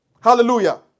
Hallelujah